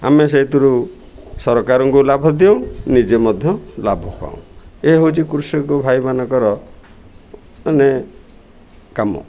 ଆମେ ସେଇଥିରୁ ସରକାରଙ୍କୁ ଲାଭ ଦେଉ ନିଜେ ମଧ୍ୟ ଲାଭ ପାଉଁ ଏ ହେଉଛି କୃଷକ ଭାଇମାନଙ୍କର ମାନେ କାମ